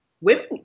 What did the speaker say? women